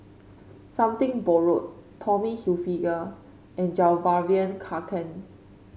Something Borrowed Tommy Hilfiger and Fjallraven Kanken